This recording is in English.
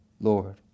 Lord